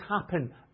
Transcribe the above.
happen